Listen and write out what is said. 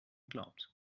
glaubt